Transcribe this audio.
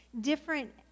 different